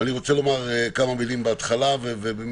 אני רוצה לומר כמה מילים בהתחלה ולנסות